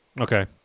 Okay